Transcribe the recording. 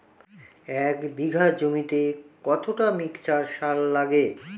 এক বিঘা জমিতে কতটা মিক্সচার সার লাগে?